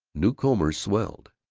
new combers swelled.